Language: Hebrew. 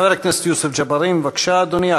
חבר הכנסת יוסף ג'בארין, בבקשה, אדוני.